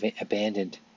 abandoned